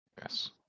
Yes